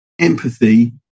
empathy